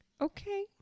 Okay